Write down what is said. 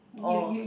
oh